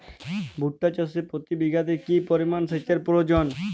ভুট্টা চাষে প্রতি বিঘাতে কি পরিমান সেচের প্রয়োজন?